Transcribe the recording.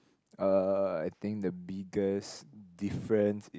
uh I think the biggest difference